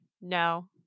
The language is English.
No